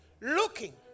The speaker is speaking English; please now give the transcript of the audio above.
looking